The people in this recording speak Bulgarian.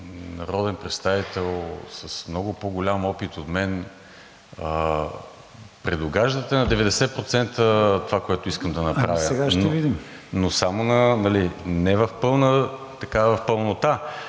народен представител с много по-голям опит от мен предугаждате на 90% това, което искам да направя. Но не в пълнота. Това,